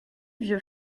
vieux